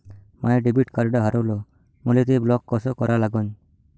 माय debit card हारवलं, मले ते ब्लॉक कस करा लागन?